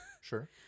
Sure